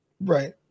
Right